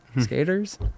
skaters